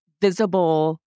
visible